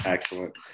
Excellent